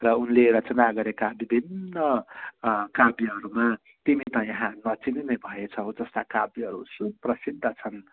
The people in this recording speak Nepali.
र उनले रचना गरेका विभिन्न काव्यहरूमा तिमी त यहाँ नचिनिने भएछौ जस्ता काव्यहरू सुप्रसिद्ध छन्